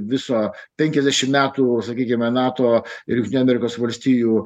viso penkiasdešimt metų sakykime nato ir jungtinių amerikos valstijų